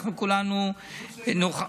כולנו נוכל,